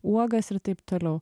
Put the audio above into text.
uogas ir taip toliau